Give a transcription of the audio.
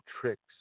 tricks